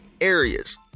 areas